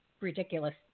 ridiculous